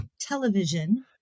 television